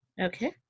Okay